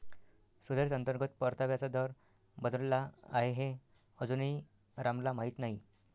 सुधारित अंतर्गत परताव्याचा दर बदलला आहे हे अजूनही रामला माहीत नाही